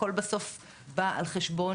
הכל בסוף בא על חשבון